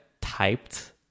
typed